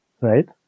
right